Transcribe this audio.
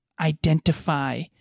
identify